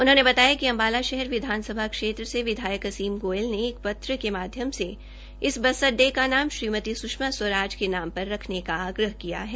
उन्होंने बताया कि अम्बाला शहर विधानसभा क्षेत्र से विधायक असीम गोयल ने एक पत्र के माध्यम से इस बस अड्डे का नाम श्रीमती स्षमा स्वराज के नाम पर रखने का आग्रह किया है